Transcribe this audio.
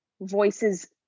voices